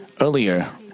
Earlier